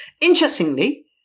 Interestingly